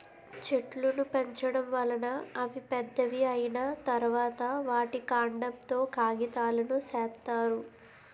చెట్లును పెంచడం వలన అవి పెద్దవి అయ్యిన తరువాత, వాటి కాండం తో కాగితాలును సేత్తారు